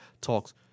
talks